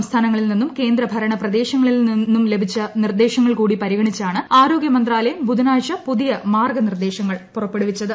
സംസ്ഥാനങ്ങളിൽ നിന്നും കേന്ദ്ര ഭരണ പ്രദേശങ്ങളിൽ നിന്നും ലഭിച്ച നിർദ്ദേശങ്ങൾ കൂടി പരിഗണിച്ചാണ് ആരോഗ്യ മന്ത്രാലയം ബുധനാഴ്ച പുതിയ മാർഗ്ഗ നിർദ്ദേശങ്ങൾ പുറപ്പെടുവിച്ചത്